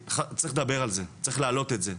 צריך לדבר על זה, צריך להעלות את זה.